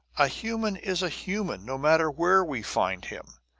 a human is a human, no matter where we find him!